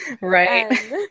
right